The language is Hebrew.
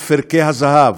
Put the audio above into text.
בפרקי הזהב